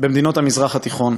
במדינות המזרח התיכון,